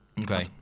Okay